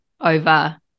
over